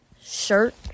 shirt